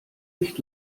nicht